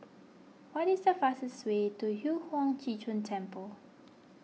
what is the fastest way to Yu Huang Zhi Zun Temple